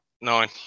nine